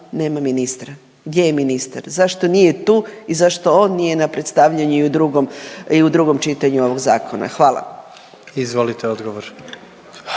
nema ministra, gdje je ministar, zašto nije tu i zašto on nije na predstavljanju i u drugom, i u drugom čitanju ovog zakona? Hvala. **Jandroković,